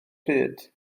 pryd